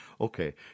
Okay